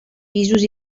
pisos